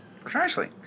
Precisely